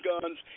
guns